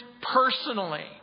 personally